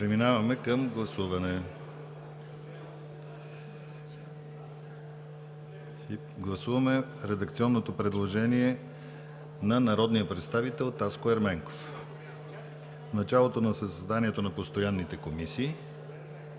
Преминаваме към гласуване. Гласуваме редакционното предложение на народния представител Таско Ерменков: „В началото на заседанията на постоянните комисии“...